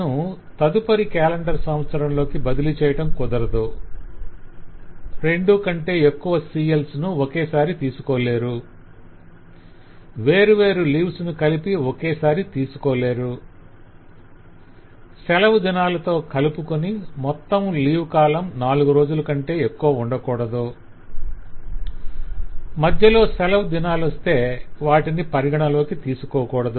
'CLs ని తదుపరి calendar సంవత్సరంలోకి బదిలీ చేయటం కుదరదు రెండు కంటే ఎక్కువ CLs ను ఒకేసారి తీసుకోలేరు వేరువేరు లీవ్స్ ను కలిపి ఒకేసారి తీసుకోలేరు సెలవు దినాలతో కలుపుకొని మొత్తం లీవ్ కాలం నాలుగు రోజులకంటే ఎక్కువ ఉండకూడదు మధ్యలో సెలవు దినాలొస్తే వాటిని పరిగణలోకి తీసుకోకూడదు